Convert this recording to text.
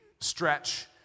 stretch